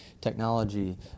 Technology